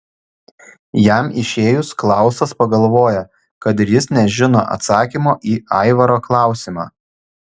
jam išėjus klausas pagalvoja kad ir jis nežino atsakymo į aivaro klausimą